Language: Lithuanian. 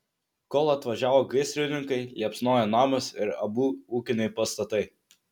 kol atvažiavo gaisrininkai liepsnojo namas ir abu ūkiniai pastatai